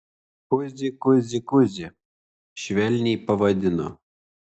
kuzi kuzi kuzi švelniai pavadino